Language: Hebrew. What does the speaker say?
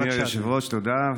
אדוני היושב-ראש, תודה.